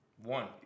One